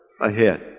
ahead